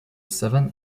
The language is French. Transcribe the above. savane